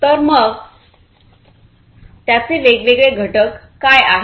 तर मग त्याचे वेगवेगळे घटक काय आहेत